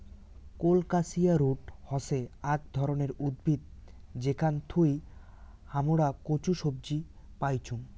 colocasia root হসে আক ধরণের উদ্ভিদ যেখান থুই হামরা কচু সবজি পাইচুং